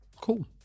Cool